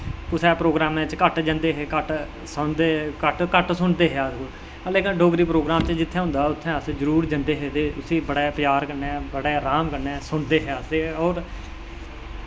कुसै दे प्रोग्रामै च घट्ट जंदे हे घट्ट घट्ट सुनदे हे अस लेकिन डोगरी प्रोग्राम जित्थै होंदा हा उत्थै अस जरूर जंदे हे ते उस्सी बड़े प्यार कन्नै बड़े अराम कन्नै सुनदे हे अस ते होर